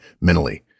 mentally